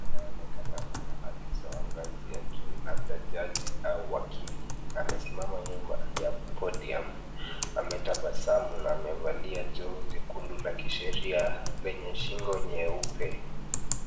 anaonekana akiwa afisa wa ngazi ya juu labda jaji au wakili. Amesimama nyuma ya [c]podium[c]. Ametabasamu na amevalia joho jekundu la kisheria lenye shingo nyeupe.